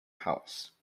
house